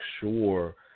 sure